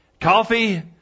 Coffee